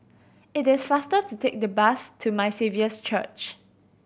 it is faster to take the bus to My Saviour's Church